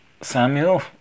Samuel